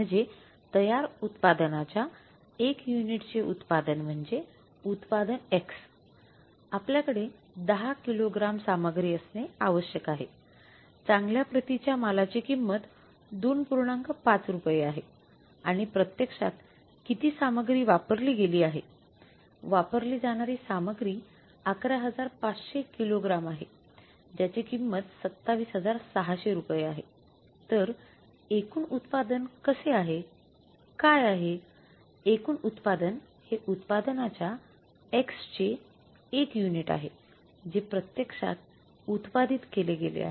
म्हणजे तयार उत्पादनाच्या १ युनिटचे उत्पादन म्हणजे उत्पादन एक्स चे १ युनिट आहे जे प्रत्यक्षात उत्पादित केले गेले आहे